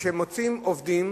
כשמוצאים עובדים